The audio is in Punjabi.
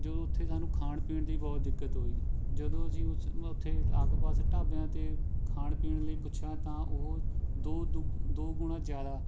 ਜੋ ਉੱਥੇ ਸਾਨੂੰ ਖਾਣ ਪੀਣ ਦੀ ਬਹੁਤ ਦਿੱਕਤ ਹੋਈ ਜਦੋ ਅਸੀਂ ਉੱਥੇ ਲਾਗ ਪਾਸ ਢਾਬਿਆਂ ਅਤੇ ਖਾਣ ਪੀਣ ਲਈ ਪੁੱਛਿਆ ਤਾਂ ਉਹ ਦੋ ਦੋਗ ਦੋ ਗੁਣਾ ਜ਼ਿਆਦਾ